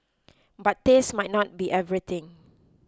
but taste might not be everything